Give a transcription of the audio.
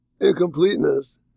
incompleteness